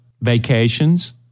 vacations